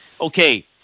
Okay